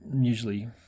usually